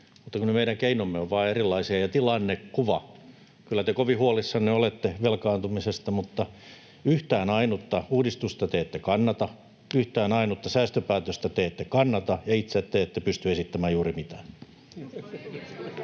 meidän keinomme ja tilannekuva ovat vain erilaisia. Kyllä te kovin huolissanne olette velkaantumisesta, mutta yhtään ainutta uudistusta te ette kannata, yhtään ainutta säästöpäätöstä te ette kannata, ja itse te ette pysty esittämään juuri mitään.